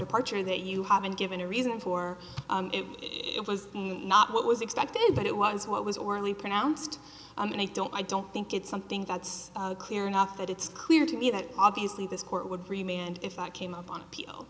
departure that you haven't given a reason for it it was not what was expected but it was what was orally pronounced and i don't i don't think it's something that's clear enough that it's clear to me that obviously this court would remain and if i came up on appeal